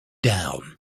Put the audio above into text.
down